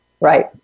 Right